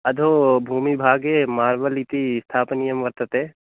अधोभूमिभागे marble इति स्थापनीयं वर्तते